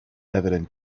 evident